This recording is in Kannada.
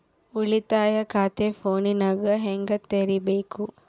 ಉಳಿತಾಯ ಖಾತೆ ಫೋನಿನಾಗ ಹೆಂಗ ತೆರಿಬೇಕು?